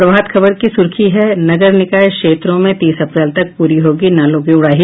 प्रभात खबर की सुर्खी है नगर निकाय क्षेत्रों में तीस अप्रैल तक पूरी होगी नालों की उड़ाही